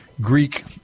Greek